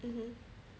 mmhmm